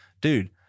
dude